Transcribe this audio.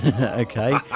Okay